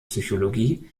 psychologie